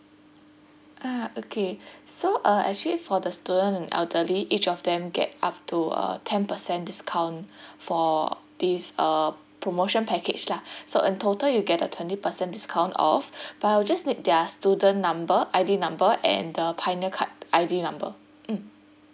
ah okay so uh actually for the student and elderly each of them get up to a ten percent discount for these uh promotion package lah so in total you get a twenty percent discount off but I'll just need their student number I_D number and the pioneer card I_D number mm